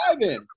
driving